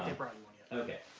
ah brandon okay.